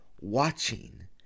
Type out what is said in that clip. watching